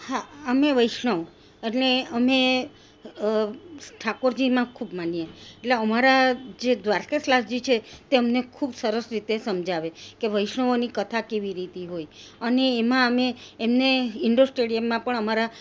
હા અમે વૈષ્ણવ એટલે અમે ઠાકોરજીમાં ખૂબ માનીએ એટલે અમારા જે દ્વારકા સલાસજી છે તે અમને ખૂબ સરસ રીતે સમજાવે કે વૈષ્ણવોની કથા કેવી રીતે હોય અને એમાં અમે એમને ઇન્ડો સ્ટેડિયમમાં પણ અમારા